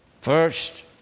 First